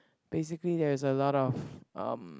basically there is a lot of um